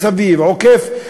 עוקף,